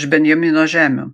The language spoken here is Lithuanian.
iš benjamino žemių